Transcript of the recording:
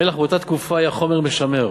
מלח באותה תקופה היה חומר משמר.